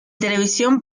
televisión